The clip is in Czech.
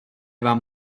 vám